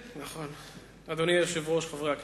אדוני היושב-ראש, חברי הכנסת,